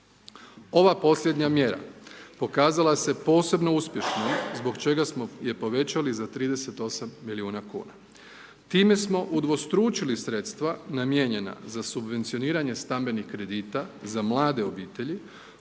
Ova posljednja mjera pokazala se posebno uspješnom zbog čega smo je povećali za 38 milijuna kuna. Time smo udvostručili sredstva namijenjena za subvencioniranje stambenih kredita za mlade obitelji